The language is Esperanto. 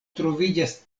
troviĝas